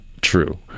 true